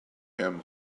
him